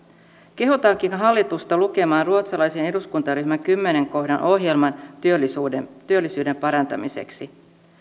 kehotankin hallitusta lukemaan ruotsalaisen eduskuntaryhmän kymmenennen kohdan ohjelman työllisyyden työllisyyden parantamiseksi